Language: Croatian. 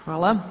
Hvala.